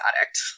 addict